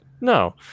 No